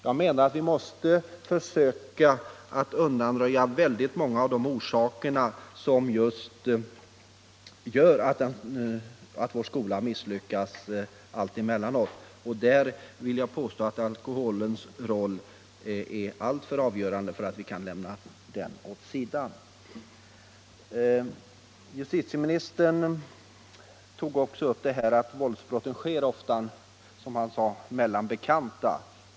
Jag anser att vi måste försöka undanröja orsakerna till att vår skola misslyckas allt emellanåt, och i detta sammanhang spelar alkoholen en alltför stor roll för att vi skall kunna lämna den åt sidan. Justitieministern berörde i sitt anförande det förhållandet att våldsbrotten ofta sker ”mellan bekanta”.